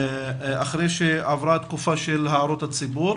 אחרי שעברה תקופה להערות הציבור.